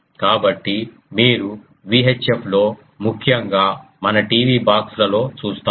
కాబట్టి మీరు VHF లో ముఖ్యంగా మన టీవీ బాక్సులలో చూస్తాం